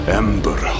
ember